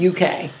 UK